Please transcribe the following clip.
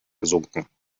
gesunken